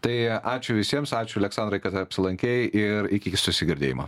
tai ačiū visiems ačiū aleksandrai kad apsilankei ir iki susigirdėjimo